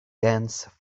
dense